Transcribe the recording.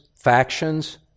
factions